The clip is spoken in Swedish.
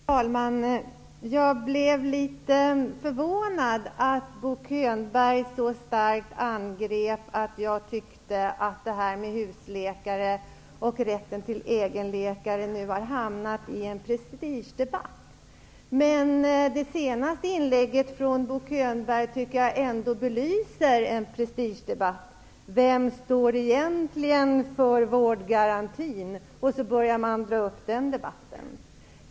Herr talman! Jag blev litet förvånad över att Bo Könberg så starkt angrep att jag tyckte att detta med husläkare och rätten till egen läkare nu har hamnat i en prestigedebatt. Men det senaste inlägget från Bo Könberg belyser ändå en prestigedebatt: Vem står egentligen för vårdgarantin?